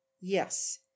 Yes